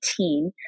18